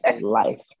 life